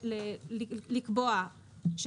יוגשו